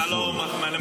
אתה לא ממלא מקום?